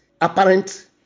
apparent